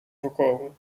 voorkomen